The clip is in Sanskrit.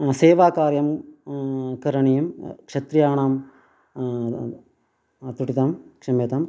सेवाकार्यं करणीयं क्षत्रियाणां तृटितं क्षम्यताम्